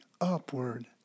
upward